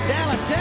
Dallas